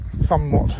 somewhat